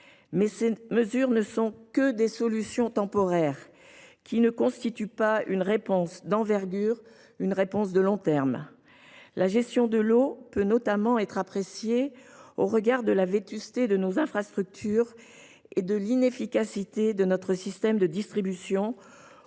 Or ces mesures ne sont que des solutions temporaires qui ne constituent ni une réponse d’envergure ni une réponse de long terme. La gestion de l’eau peut notamment être appréciée au regard de la vétusté de nos infrastructures et de l’inefficacité de notre système de distribution,